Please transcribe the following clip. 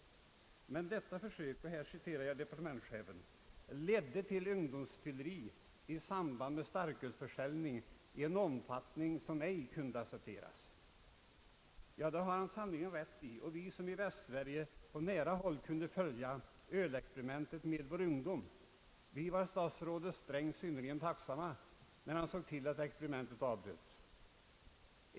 Men detta försök, och här citerar jag departementschefen, »ledde till ungdomsfylleri i samband med starkölsförsäljning i en omfattning som ej kunde accepteras». Ja, det har han sannerligen rätt i, och vi som i Västsverige på nära håll kunde följa ölexperimentet på vår ungdom, vi var statsrådet Sträng synnerligen tacksamma när han såg till att experimentet avbröts.